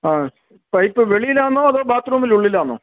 ആ പൈപ്പ് വെളിയിലാന്നോ അതോ ബാത് റൂമിനുള്ളിലാന്നോ